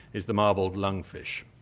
is the marbled lungfish.